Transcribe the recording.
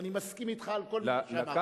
ואני מסכים אתך על כל מה שאמרת.